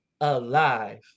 alive